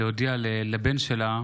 להודיע לבן שלה